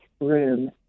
room